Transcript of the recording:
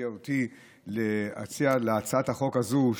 שהביאה אותי להציע את הצעת החוק הזאת.